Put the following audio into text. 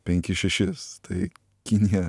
penkis šešis tai kinija